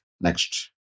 Next